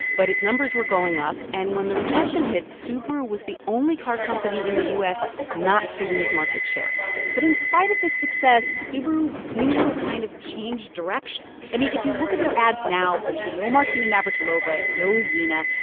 but its numbers were going up. and when the recession hit, subaru was the only car company in the u s. not to lose market share but in spite of the success, subaru seems to have kind of changed direction. i mean, if you look at their ads now, there's no martina navratilova, no xena.